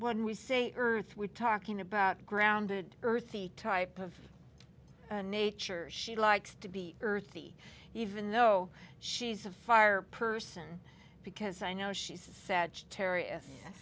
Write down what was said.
when we say earth we're talking about grounded earthy type of nature she likes to be earthy even though she's a fire person because i know she said